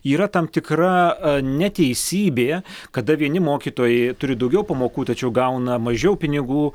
yra tam tikra neteisybė kada vieni mokytojai turi daugiau pamokų tačiau gauna mažiau pinigų